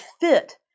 fit